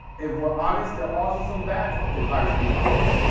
if we're honest there are also some bad advice being given.